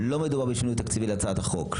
לא מדובר בשינוי תקציבי להצעת החוק.